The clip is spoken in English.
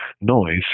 noise